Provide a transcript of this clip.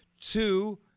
two